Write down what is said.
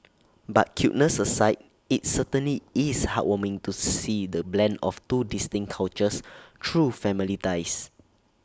but cuteness aside IT certainly is heartwarming to see the blend of two distinct cultures through family ties